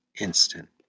instant